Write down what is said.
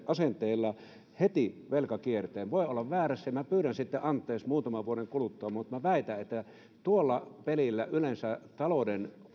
asenteella heti velkakierteen voin olla väärässä ja minä pyydän sitten anteeksi muutaman vuoden kuluttua mutta minä väitän että tuolla pelillä yleensä talouden